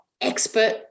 expert